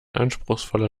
anspruchsvoller